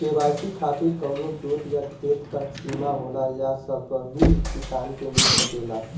KCC खातिर का कवनो जोत या खेत क सिमा होला या सबही किसान के मिल सकेला?